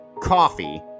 coffee